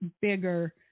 bigger